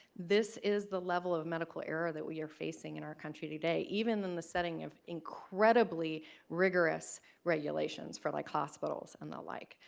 this is the level of medical error that we are facing in our country today, even in the setting of incredibly rigorous regulations for like hospitals and the like.